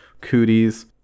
Cooties